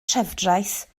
trefdraeth